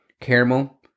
Caramel